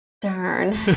darn